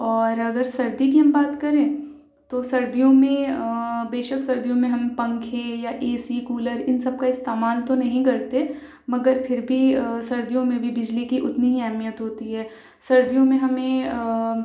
اور اگر سردی کی ہم بات کریں تو سردیوں میں بے شک سردیوں میں ہم پنکھے یا اے سی کولر ان سب کا استعمال تو نہیں کرتے مگر پھر بھی سردیوں میں بھی بجلی کی اتنی ہی اہمیت ہوتی ہے سردیوں میں ہمیں